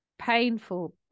painful